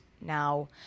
now